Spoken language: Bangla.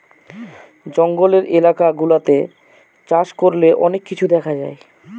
জঙ্গলের এলাকা গুলাতে চাষ করলে অনেক কিছু দেখা যায়